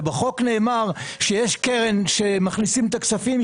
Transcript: בחוק נאמר שיש קרן שמכניסים את הכספים.